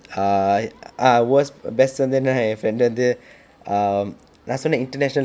um worst best வந்து என்னன்னா என்:vanthu ennannaa en friend வந்து:vanthu um நான் சொன்னேன்:naan sonen international